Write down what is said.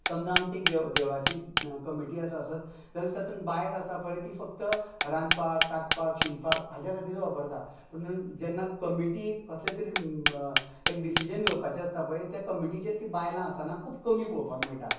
समजा आमची एक देव देवळाची कमिटी आसा आसत जाल्यार तातून बायल आसा पळय ती फक्त रांदपाक कातपाक शिंनपाक हाज्या खातीरूत वापरता पुणून जेन्ना कमिटी कसलें तरी एक डिसिजन घेवपाचें आसता पळय त्या कमिटीचेर तीं बायलां आसाना खूब कमी पळोवपाक मेळटा